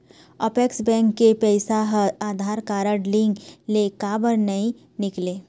Apex bank के पैसा हा आधार कारड लिंक ले काबर नहीं निकले?